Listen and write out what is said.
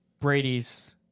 Brady's